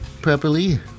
properly